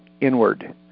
inward